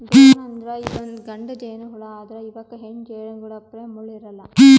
drone ಅಂದ್ರ ಇದೊಂದ್ ಗಂಡ ಜೇನಹುಳಾ ಆದ್ರ್ ಇವಕ್ಕ್ ಹೆಣ್ಣ್ ಜೇನಹುಳಪ್ಲೆ ಮುಳ್ಳ್ ಇರಲ್ಲಾ